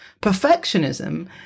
Perfectionism